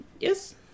Yes